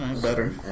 better